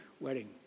wedding